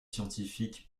scientifique